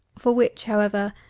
for which, however,